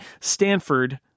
Stanford